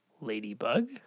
ladybug